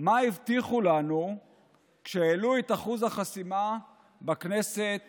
מה הבטיחו לנו כשהעלו את אחוז החסימה בכנסת